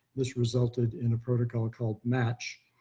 this resulted in a protocol called match.